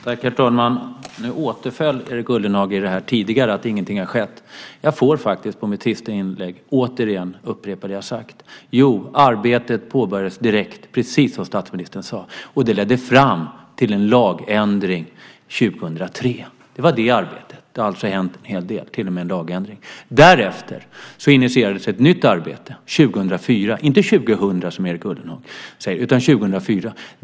Herr talman! Nu återföll Erik Ullenhag i det tidigare att ingenting har skett. Jag får faktiskt i mitt sista inlägg återigen upprepa det jag har sagt. Arbetet påbörjades direkt, precis som statsministern sade, och det ledde fram till en lagändring 2003. Det var det arbetet. Det har alltså hänt en hel del, till och med en lagändring. Därefter initierades ett nytt arbete 2004, inte 2000 som Erik Ullenhag säger utan 2004.